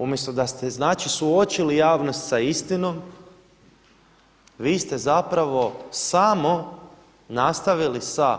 Umjesto da ste znači suočili javnost sa istinom, vi ste zapravo samo nastavili sa